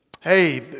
Hey